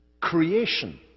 creation